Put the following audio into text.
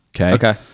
Okay